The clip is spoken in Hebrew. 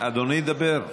אדוני ידבר.